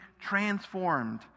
transformed